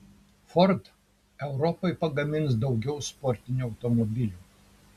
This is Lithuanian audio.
ford europai pagamins daugiau sportinių automobilių